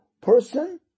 person